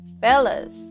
Fellas